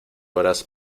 horas